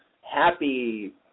happy